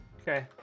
Okay